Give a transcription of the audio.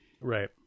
right